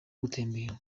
gutembera